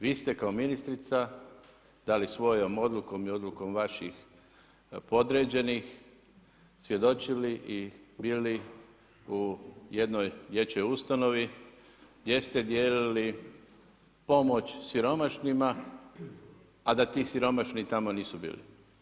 Vi ste kao ministrica, dali, svojom odlukom i odlukom vaših podređenih, svjedočili i bili u jednoj dječjoj ustanovi, gdje ste dijelili pomoć siromašnima, a da ti siromašni tamo nisu bili.